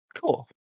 Cool